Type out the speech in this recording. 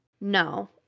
No